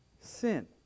sin